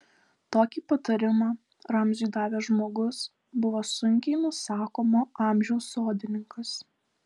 tokį patarimą ramziui davęs žmogus buvo sunkiai nusakomo amžiaus sodininkas